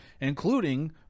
including